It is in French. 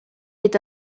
est